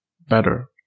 better